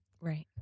Right